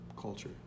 culture